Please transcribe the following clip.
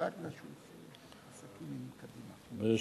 בבקשה.